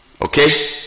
okay